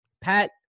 Pat